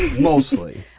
Mostly